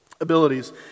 Abilities